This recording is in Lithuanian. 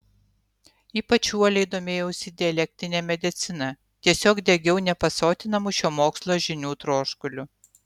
ypač uoliai domėjausi dialektine medicina tiesiog degiau nepasotinamu šio mokslo žinių troškuliu